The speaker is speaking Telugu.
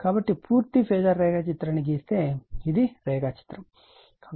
కాబట్టి పూర్తి ఫేజార్ రేఖాచిత్రాన్ని గీస్తే ఇది రేఖాచిత్రం